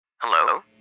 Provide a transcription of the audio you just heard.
Hello